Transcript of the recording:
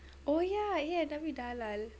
oh ya A&W dah halal